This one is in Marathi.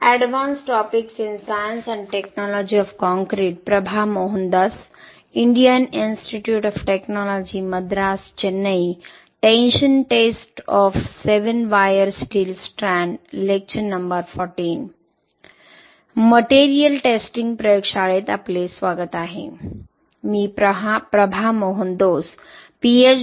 मटेरियल टेस्टिंग प्रयोगशाळेत आपले स्वागत आहे मी प्रभा मोहनदोस पीएच